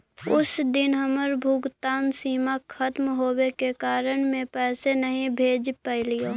उस दिन हमर भुगतान सीमा खत्म होवे के कारण में पैसे नहीं भेज पैलीओ